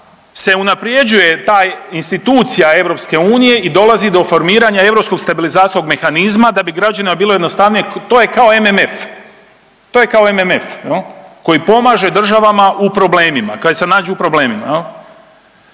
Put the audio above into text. se unaprjeđuje ta institucija EU i dolazi do formiranja ESM-a da bi građanima bilo jednostavnije. To je kao MMF, to je kao MMF koji pomaže državama u problemima koje se nađu u problemima.